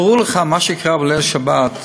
ברור לך שמה שקרה בליל שבת,